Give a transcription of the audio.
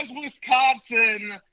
Wisconsin